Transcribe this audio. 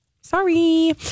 Sorry